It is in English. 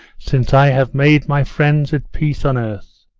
since i have made my friends at peace on earth.